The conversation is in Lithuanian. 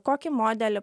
kokį modelį